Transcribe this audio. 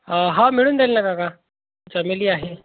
आं हां मिळून जाईल ना काका फॅमिली आहे